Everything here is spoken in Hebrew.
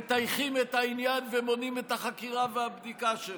מטייחים את העניין ומונעים את החקירה והבדיקה שלו,